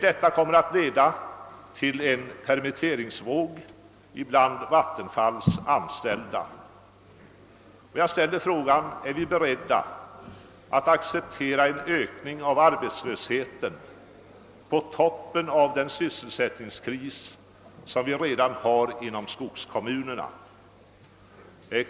Detta kommer att leda till en permitteringsvåg bland Vattenfalls anställda, och jag ställer frågan, om vi är beredda att acceptera en sådan ökning av arbetslösheten på toppen av den sysselsättningskris, som redan finns inom skogskommunerna.